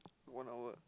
one hour